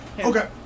Okay